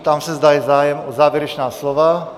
Ptám se, zda je zájem o závěrečná slova?